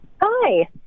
Hi